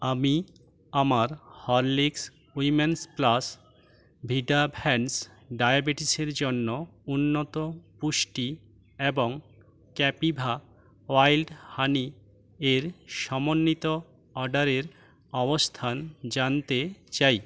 আমি আমার Horlicks women's plus ভিটাভ্যান্স ডায়াবেটিসের জন্য উন্নত পুষ্টি এবং ক্যাপিভা ওয়াইল্ড হানি এর সমন্বিত অর্ডারের অবস্থান জানতে চাই